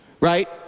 right